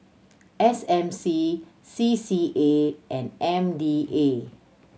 S M C C C A and M D A